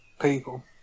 people